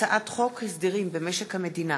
הצעת חוק הסדרים במשק המדינה